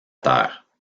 terre